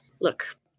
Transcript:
Look